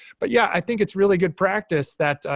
but yeah, i think it's really good practice that,